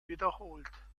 wiederholt